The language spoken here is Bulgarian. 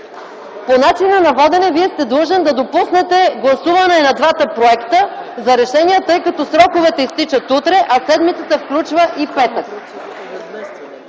По начина на водене Вие сте длъжен да допуснете гласуване на двата проекта за решение, тъй като сроковете изтичат утре, седмицата включва и петък.